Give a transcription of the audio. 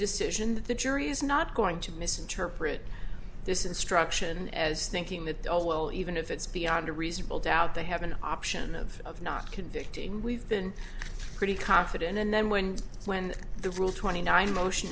decision that the jury is not going to misinterpret this instruction as thinking that all well even if it's beyond a reasonable doubt they have an option of not convicting we've been pretty confident and then when when the rule twenty nine motion